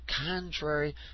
contrary